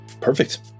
Perfect